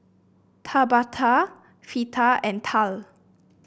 Tabatha Fleeta and Tal